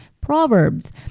Proverbs